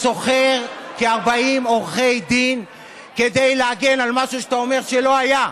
שוכר כ-40 עורכי דין כדי להגן על משהו שאתה אומר שלא היה.